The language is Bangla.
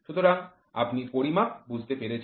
সুতরাং আপনি পরিমাপ বুঝতে পেরেছেন